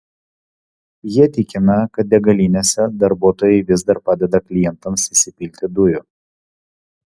jie tikina kad degalinėse darbuotojai vis dar padeda klientams įsipilti dujų